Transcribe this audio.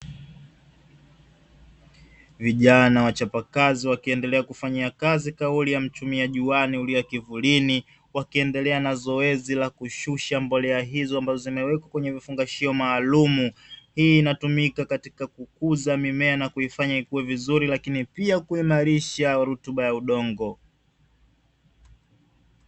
Vijana wachapakazi wakiendelea kufanya kazi kauli ya 'mchumia juani hulio kivulini' wakiendelea na zoezi la kushusha mbolea hizo ambazo zimewekwa kwenye vifungashio maalumu hii inatumika katika kukuza mimea na kuifanya ikue vizuri lakini pia kuimarisha rutuba ya udongo.